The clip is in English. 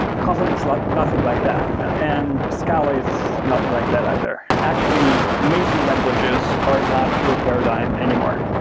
kotlin is like nothing like that, and scala is nothing like that either. actually, mainstream languages are not pure paradigm anymore.